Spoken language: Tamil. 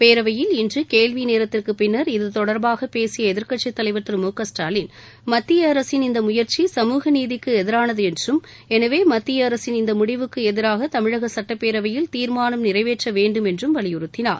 பேரவையில் இன்று கேள்வி நேரத்திற்கு பின்னர் இதுதொடர்பாக பேசிய எதிர்க்கட்சித் தலைவர் திரு மு க ஸ்டாலின் மத்திய அரசின் இந்த முயற்சி சமூக நீதிக்கு எதிரானது என்றும் எனவே மத்திய அரசின் இந்த முடிவுக்கு எதிராக தமிழக சுட்டப்பேரவையில் தீர்மானம் நிறைவேற்ற வேண்டும் என்றும் வலியுறுத்தினார்